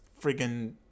freaking